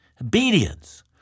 obedience